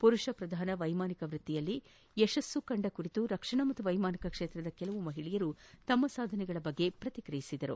ಪುರುಷ ಶ್ರಧಾನ ವೈಮಾನಿಕ ವೃತ್ತಿಯಲ್ಲಿ ಯಶಸ್ಸು ಕಂಡ ಕುರಿತು ರಕ್ಷಣಾ ಮತ್ತು ವೈಮಾನಿಕ ಕ್ಷೇತ್ರದ ಕೆಲವು ಮಹಿಳೆಯರು ತಮ್ಮ ಸಾಧನೆಗಳ ಬಗ್ಗೆ ಪ್ರತಿಕ್ರಿಯಿಸಿದರು